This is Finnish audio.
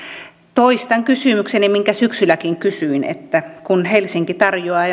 toistan kysymykseni minkä syksylläkin kysyin kun helsinki tarjoaa